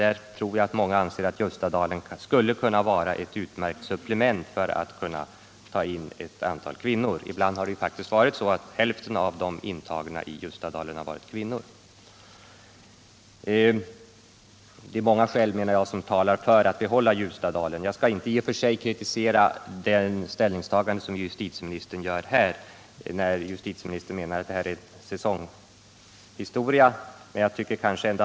Jag tror att många anser att Ljustadalen skulle kunna vara ett utmärkt supplement till Hinseberg och kunna ta emot ett antal kvinnor. Ibland har faktiskt hälften av de intagna i Ljustadalen varit kvinnor. Det är många skäl som talar för att behålla Ljustadalen. Jag skall inte i och för sig kritisera justitieministerns ställningstagande när han menar att ökningen av antalet interner på de öppna anstalterna är säsongbetonad.